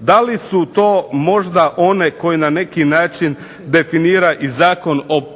Da li su to možda one koji na neki način definira i Zakon o područjima